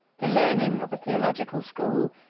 the learning of a theological school,